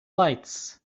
lights